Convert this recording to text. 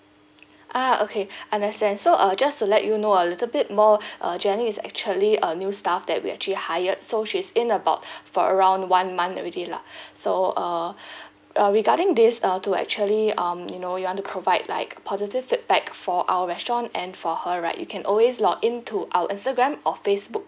ah okay understand so uh just to let you know a little bit more uh jenny is actually a new staff that we actually hired so she's in about for around one month already lah so uh uh regarding this uh to actually um you know you want to provide like positive feedback for our restaurant and for her right you can always log in to our instagram or facebook